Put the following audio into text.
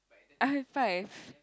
I have five